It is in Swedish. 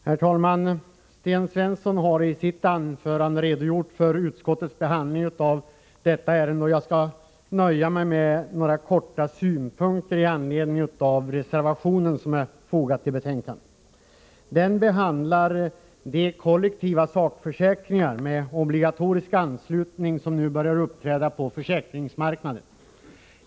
Herr talman! Sten Svensson har i sitt anförande redogjort för utskottets behandling av detta ärende, och jag skall nöja mig med några korta synpunkter i anledning av den reservation som är fogad till betänkandet. Reservationen behandlar de kollektiva sakförsäkringar med obligatorisk anslutning som nu börjar uppträda på försäkringsmarknaden.